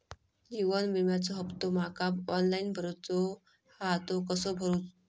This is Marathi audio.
जीवन विम्याचो हफ्तो माका ऑनलाइन भरूचो हा तो कसो भरू?